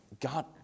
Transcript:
God